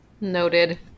Noted